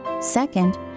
Second